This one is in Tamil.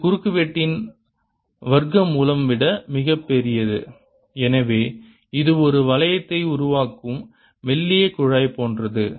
இது குறுக்குவெட்டின் வர்க்கமூலம் விட மிகப் பெரியது எனவே இது ஒரு வளையத்தை உருவாக்கும் மெல்லிய குழாய் போன்றது